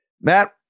Matt